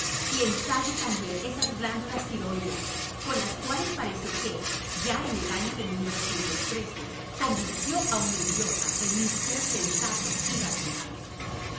y ensaye también esas glándulas tiroideas con las cuales parece que ya en el año de convirtió a un idiota en un ser sensato y razonable